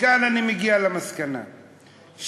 מכאן אני מגיע למסקנה שהכול,